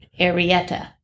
Arietta